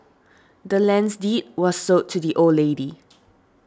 the land's deed was sold to the old lady